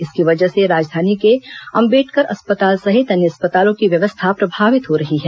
इसकी वजह से राजधानी के अंबेडकर अस्पताल सहित अन्य अस्पतालों की व्यवस्था प्रभावित हो रही है